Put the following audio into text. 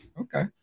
Okay